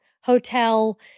hotel